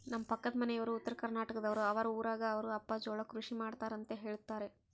ನಮ್ಮ ಪಕ್ಕದ ಮನೆಯವರು ಉತ್ತರಕರ್ನಾಟಕದವರು, ಅವರ ಊರಗ ಅವರ ಅಪ್ಪ ಜೋಳ ಕೃಷಿ ಮಾಡ್ತಾರೆಂತ ಹೇಳುತ್ತಾರೆ